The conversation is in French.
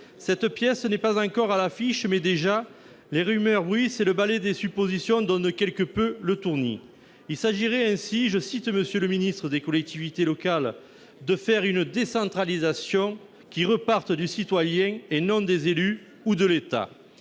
cette pièce n'est pas encore à l'affiche, mais déjà les rumeurs bruissent et le ballet des suppositions donne quelque peu le tournis. Il s'agirait ainsi, je cite le ministre chargé des collectivités territoriales, « de faire une décentralisation qui reparte du citoyen, et non des élus ou de l'État